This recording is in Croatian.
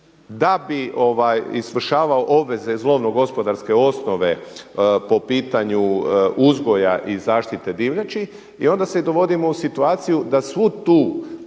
da bi izvršavao obveze iz lovno-gospodarske osnove po pitanju uzgoja i zaštite divljači. I onda se dovodimo u situaciju da svu tu